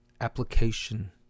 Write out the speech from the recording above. application